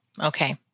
Okay